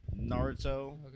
Naruto